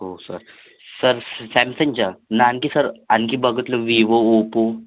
हो sir sir सॅमसंगचं ना आणखी सर आणखी बघितले व्हीवो ओपो